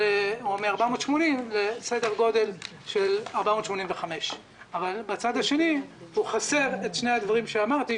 מ-480 לסדר גודל של 485. אבל בצד השני הוא חסר את שני הדברים שאמרתי,